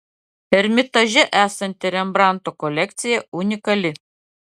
ermitaže esanti rembrandto kolekcija unikali